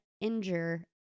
injure